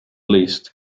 least